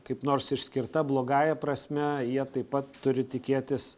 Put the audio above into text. kaip nors išskirta blogąja prasme jie taip pat turi tikėtis